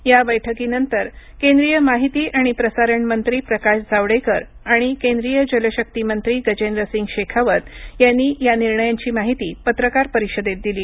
या बैठकीनंतर केंद्रीय माहिती आणि प्रसारण मंत्री प्रकाश जावडेकर आणि केंद्रीय जलशक्ती मंत्री गजेंद्रसिंग शेखावत यांनी या निर्णयांची माहिती पत्रकार परिषदेत दिली